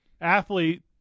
athlete